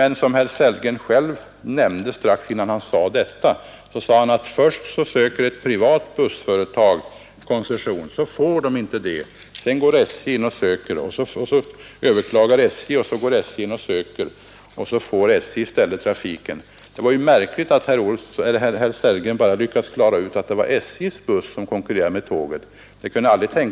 Herr Sellgren sade att det har gått till så att först söker ett privat bussföretag koncession och får sin ansökan avslagen; sedan söker SJ koncession och får sin ansökan bifallen. Det är märkligt att herr Sellgren bara kan anföra exempel på att SJ:s bussar konkurrerar med tåget. Det kan möjligtvis inte